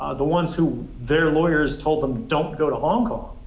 ah the ones who their lawyers told them don't go to hong kong